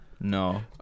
No